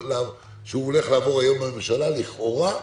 שהוא הולך לעבור היום לכאורה בממשלה,